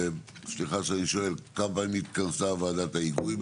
סליחה שאני שואל, כמה פעמים התכנסה ועדת ההיגוי?